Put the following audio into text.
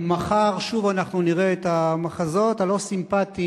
מחר שוב אנחנו נראה את המחזות הלא-סימפתיים